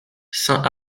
saint